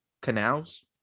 canals